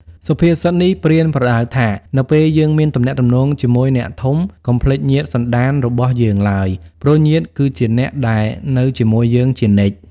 សុភាសិតនេះប្រៀនប្រដៅថា នៅពេលយើងមានទំនាក់ទំនងជាមួយអ្នកធំ កុំភ្លេចញាតិសន្តានរបស់យើងឡើយ ព្រោះញាតិគឺជាអ្នកដែលនៅជាមួយយើងជានិច្ច។